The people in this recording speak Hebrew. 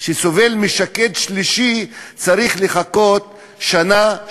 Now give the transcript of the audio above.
שסובל משקד שלישי צריך לחכות שנה,